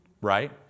right